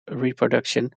reproduction